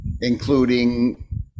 including